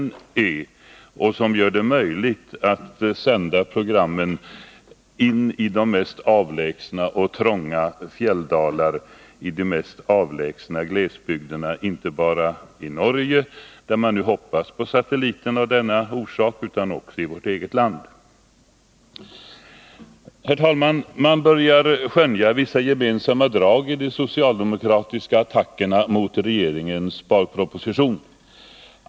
Det här skulle ju göra det möjligt att sända program till de trängsta fjälldalar i de mest avlägsna glesbygder, inte bara i Norge — där man nu hoppas på satelliten av bl.a. denna orsak — utan också i vårt eget land. Herr talman! Man börjar skönja vissa gemensamma drag i de socialdemokratiska attackerna mot regeringens sparproposition.